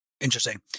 Interesting